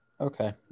Okay